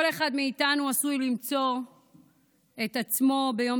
כל אחד מאיתנו עשוי למצוא את עצמו ביום